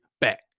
back